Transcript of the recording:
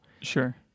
Sure